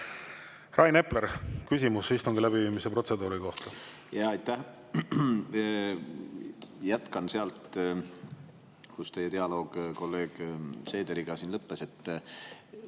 Rain Epler, küsimus istungi läbiviimise protseduuri kohta. Jaa, aitäh! Jätkan sealt, kus teie dialoog kolleeg Seederiga lõppes. Te